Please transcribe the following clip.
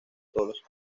todos